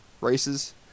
races